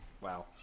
Wow